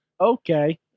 Okay